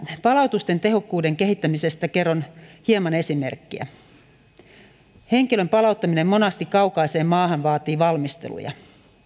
palautusten tehokkuuden kehittämisestä kerron hieman esimerkkiä henkilön palauttaminen monasti kaukaiseen maahan vaatii valmisteluja